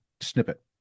snippet